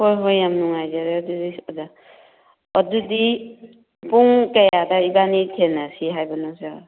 ꯍꯣꯏ ꯍꯣꯏ ꯌꯥꯝ ꯅꯨꯡꯉꯥꯏꯖꯔꯦ ꯑꯗꯨꯗꯤ ꯑꯣꯖꯥ ꯑꯗꯨꯗꯤ ꯄꯨꯡ ꯀꯌꯥꯗ ꯏꯕꯥꯅꯤ ꯊꯦꯡꯅꯁꯤ ꯍꯥꯏꯕꯅꯣ ꯁꯥꯔ